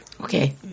Okay